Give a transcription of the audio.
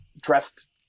dressed